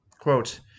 Quote